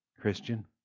Christian